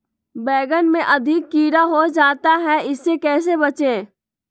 बैंगन में अधिक कीड़ा हो जाता हैं इससे कैसे बचे?